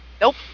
Nope